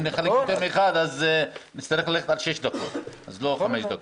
אם נחלק ליותר מאחד נצטרך ללכת על שש דקות ולא על חמש דקות.